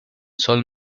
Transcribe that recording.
sol